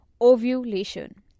Ovulation